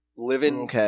Living